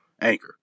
Anchor